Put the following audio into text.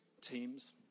teams